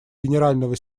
генерального